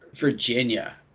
Virginia